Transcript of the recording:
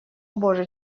боже